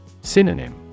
Synonym